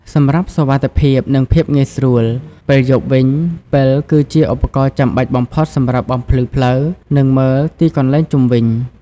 សម្រាប់សុវត្ថិភាព និងភាពងាយស្រួលពេលយប់វិញ ពិល គឺជាឧបករណ៍ចាំបាច់បំផុតសម្រាប់បំភ្លឺផ្លូវ និងមើលទីកន្លែងជុំវិញ។